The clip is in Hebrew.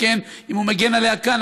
שכן אם הוא מגן עליה כאן,